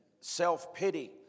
self-pity